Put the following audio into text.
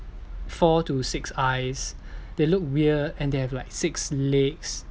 four to six eyes they look weird and they have like six legs